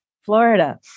Florida